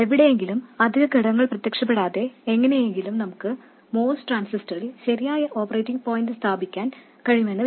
എവിടെയും അധിക ഘടകങ്ങൾ പ്രത്യക്ഷപ്പെടാതെ എങ്ങനെയെങ്കിലും നമുക്ക് MOS ട്രാൻസിസ്റ്ററിൽ ശരിയായ ഓപ്പറേറ്റിംഗ് പോയിന്റ് സ്ഥാപിക്കാൻ കഴിഞ്ഞിട്ടുണ്ട്